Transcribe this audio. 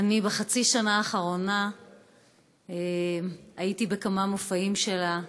בחצי השנה האחרונה הייתי בכמה מופעים שלה.